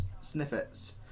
snippets